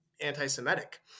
anti-Semitic